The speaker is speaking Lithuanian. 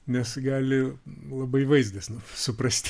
nes gali labai vaizdas nu suprastėti